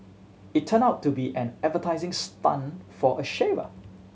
it turned out to be an advertising stunt for a shaver